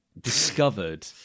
discovered